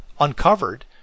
uncovered